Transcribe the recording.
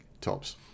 tops